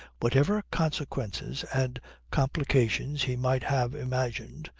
whatever consequences and complications he might have imagined,